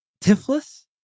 Tiflis